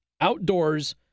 Outdoors